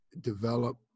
develop